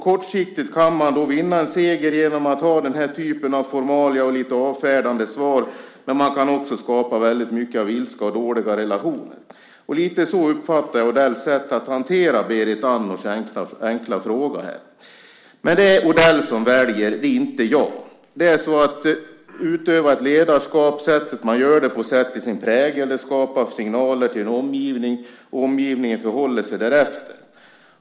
Kortsiktigt kan man då vinna en seger genom att ta till den här typen av formalia och lite avfärdande svar, men man kan också skapa väldigt mycket ilska och dåliga relationer. Lite så uppfattar jag Odells sätt att hantera Berit Andnors enkla fråga. Men det är Odell som väljer, inte jag. Att utöva ledarskap, det sätt man gör det på, sätter sin prägel, det skapar signaler till omgivningen, och omgivningen förhåller sig därefter.